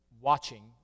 watching